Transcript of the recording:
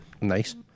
Nice